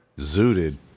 Zooted